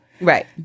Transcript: Right